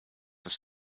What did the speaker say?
ist